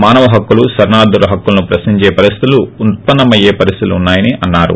మానవ హక్కులు శరణార్లుల హక్కులను ప్రశ్నించే పరిస్లితులు ఉత్సన్నమయ్యే పరిస్లితులు ఉన్నాయని అన్నారు